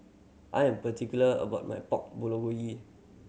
I'm particular about my Pork